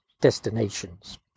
destinations